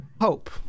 hope